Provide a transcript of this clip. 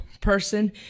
person